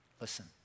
listen